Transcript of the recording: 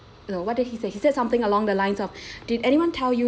no what did he say he said something along the lines of did anyone tell you